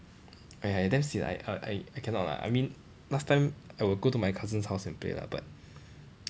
!aiya! damn sian I I I cannot lah I mean last time I will go to my cousin's house and play lah but